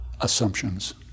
assumptions